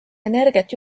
energiat